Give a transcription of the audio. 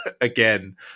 again